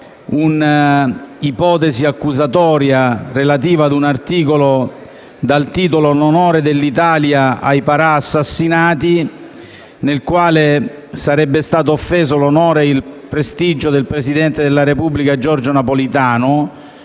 un'ipotesi accusatoria relativa ad un articolo - dal titolo «L'onore dell'Italia ai parà assassinati» - nel quale sarebbe stato offeso l'onore e il prestigio del presidente della Repubblica Giorgio Napolitano,